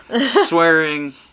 swearing